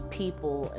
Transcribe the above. people